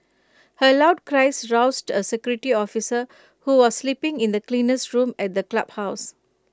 her loud cries roused A security officer who was sleeping in the cleaner's room at the clubhouse